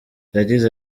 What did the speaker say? yagize